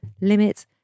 limits